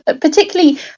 particularly